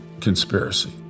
conspiracy